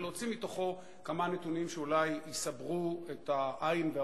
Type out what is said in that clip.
ולהוציא מתוכו כמה נתונים שאולי יסברו